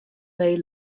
they